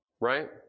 right